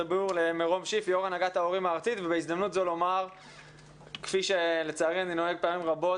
זאת הכנה לקריאה ראשונה.